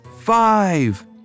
Five